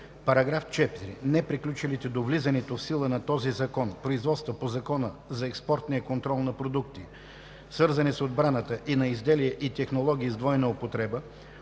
и 5: „§ 4. Неприключилите до влизането в сила на този закон производства по Закона за експортния контрол на продукти, свързани с отбраната, и на изделия и технологии с двойна употреба,